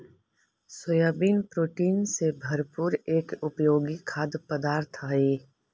soybean protein से भरपूर एक उपयोगी खाद्य पदार्थ हई